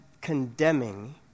condemning